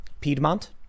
Piedmont